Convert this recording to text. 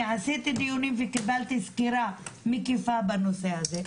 אני עשיתי דיונים וקיבלתי סקירה מקיפה בנושא הזה,